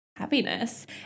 Happiness